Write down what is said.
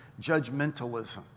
judgmentalism